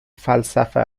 فلسفه